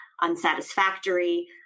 unsatisfactory